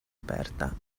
aperta